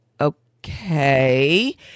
Okay